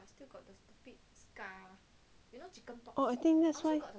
oh I think that's why